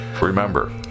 Remember